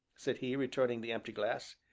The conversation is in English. said he, returning the empty glass